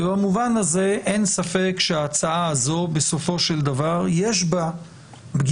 ובמובן הזה אין ספק שבהצעה הזו בסופו של דבר יש פגיעה